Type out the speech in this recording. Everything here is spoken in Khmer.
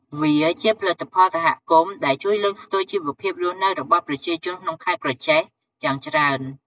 វាជាផលិតផលសហគមន៍ដែលជួយលើកស្ទួយជីវភាពរស់នៅរបស់ប្រជាជនក្នុងខេត្តក្រចេះយ៉ាងច្រើន។